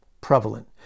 Prevalent